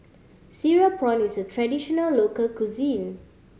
cereal prawn is a traditional local cuisine